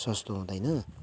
सस्तो हुँदैन